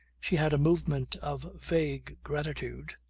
she had a movement of vague gratitude,